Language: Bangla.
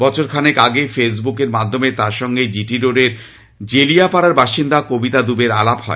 বছর খানেক আগে ফেসবুকের মাধ্যমে তাঁর সঙ্গে জি টি রোডের জেলিয়াপাড়ার বাসিন্দা কবিতা দুবের আলাপ হয়